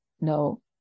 No